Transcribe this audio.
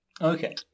Okay